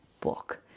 book